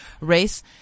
race